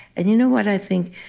and you know what i think?